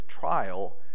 trial